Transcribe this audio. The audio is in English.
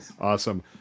awesome